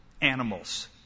animals